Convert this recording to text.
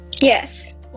Yes